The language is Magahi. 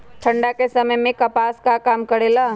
ठंडा के समय मे कपास का काम करेला?